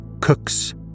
cooks